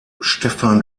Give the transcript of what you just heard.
stefan